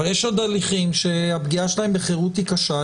אבל יש עוד הליכים שהפגיעה שלהם בחירות היא קשה,